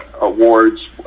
awards